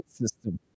system